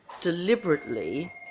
deliberately